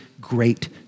great